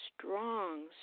strong